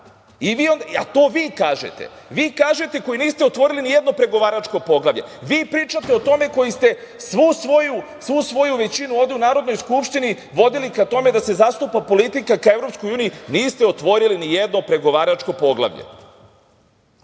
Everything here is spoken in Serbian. godinu dana. To vi kažete. Vi kažete koji niste otvorili ni jedno pregovaračko poglavlje, vi pričate o tome koji ste svu svoju većinu ovde u Narodnoj skupštini vodili ka tome da se zastupa politika ka EU, niste otvorili ni jedno pregovaračko poglavlje